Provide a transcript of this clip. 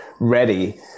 ready